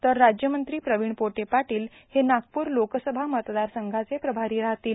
तर राज्यमंत्री प्रवीण पोटे पाटील हे नागपूर लोकसभा मतदारसंघाचे प्रभारी राहतील